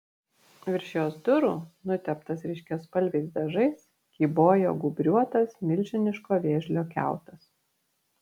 virš jos durų nuteptas ryškiaspalviais dažais kybojo gūbriuotas milžiniško vėžlio kiautas